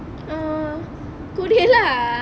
uh korea lah